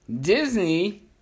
Disney